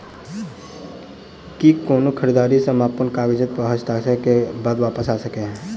की कोनो खरीददारी समापन कागजात प हस्ताक्षर करे केँ बाद वापस आ सकै है?